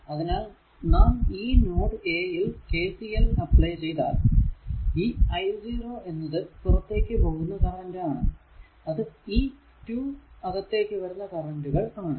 അതിനാൽ നാം ഈ നോഡ് a യിൽ KCL അപ്ലൈ ചെയ്താൽ ഈ i 0 എന്നത് പുറത്തേക്കു പോകുന്ന കറന്റ് ആണ് അത് ഈ 2 അകത്തേക്ക് വരുന്ന കറന്റ് കൾ ആണ്